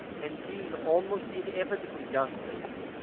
and, being almost inevitably dust-laden,